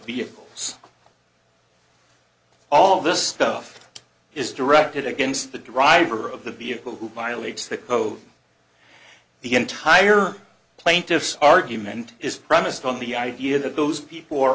vehicles all this stuff is directed against the driver of the vehicle who violates the code the entire plaintiff's argument is premised on the idea that those people are